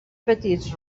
petits